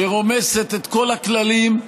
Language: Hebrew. שרומסת את כל הכללים,